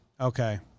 Okay